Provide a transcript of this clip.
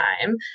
time